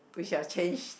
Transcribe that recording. which shall changes